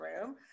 room